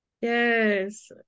Yes